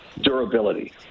durability